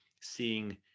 seeing